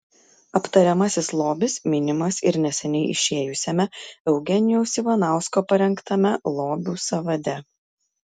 aptariamasis lobis minimas ir neseniai išėjusiame eugenijaus ivanausko parengtame lobių sąvade